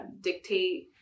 dictate